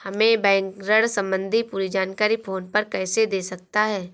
हमें बैंक ऋण संबंधी पूरी जानकारी फोन पर कैसे दे सकता है?